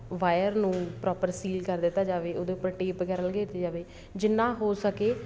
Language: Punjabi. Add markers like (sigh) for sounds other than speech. ਵਾਇਰ ਨੂੰ ਪ੍ਰੋਪਰ ਸੀਲ ਕਰ ਦਿੱਤਾ ਜਾਵੇ ਉਹਦੇ ਉੱਪਰ ਟੇਪ ਵਗੈਰਾ (unintelligible) ਜਾਵੇ ਜਿੰਨਾਂ ਹੋ ਸਕੇ